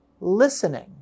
listening